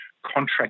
Contract